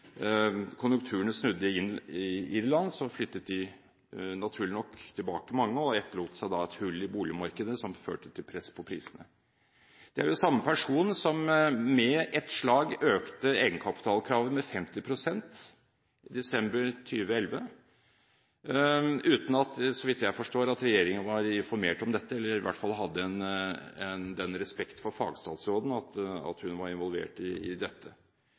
konjunkturene snudde i Irland, flyttet mange naturlig nok tilbake og etterlot seg da et hull i boligmarkedet, noe som førte til press på prisene. Dette er samme person som – med et slag – økte egenkapitalkravet med 50 pst., i desember 2011, uten – så vidt jeg forstår – at regjeringen var informert om dette, eller at man i hvert fall hadde den respekt for fagstatsråden at hun var involvert i dette.